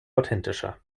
authentischer